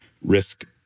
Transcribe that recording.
risk